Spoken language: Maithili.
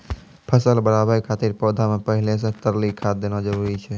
फसल बढ़ाबै खातिर पौधा मे पहिले से तरली खाद देना जरूरी छै?